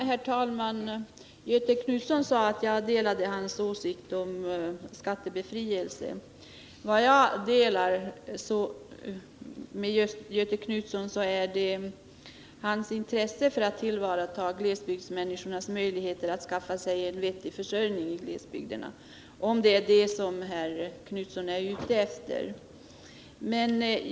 Herr talman! Göthe Knutson sade att jag delade hans åsikt om skattebefrielse. Vad jag delar med Göthe Knutson är hans intresse för att tillvarata glesbygdsmänniskornas möjligheter att skaffa sig en vettig försörjning — om det är detta som Göthe Knutson är ute efter.